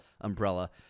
umbrella